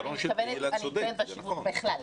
אני מתכוונת בכלל.